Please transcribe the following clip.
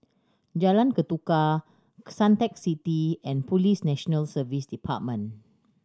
Jalan Ketuka Suntec City and Police National Service Department